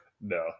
no